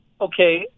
Okay